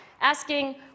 asking